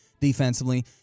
defensively